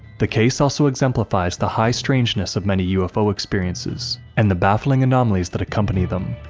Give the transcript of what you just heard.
the case also exemplifies the high strangeness of many ufo experiences, and the baffling anomalies that accompany them.